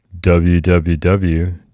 www